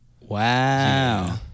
Wow